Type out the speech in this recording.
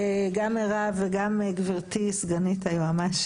גם מירב וגם גבירתי סגנית היועמ"ש,